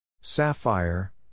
Sapphire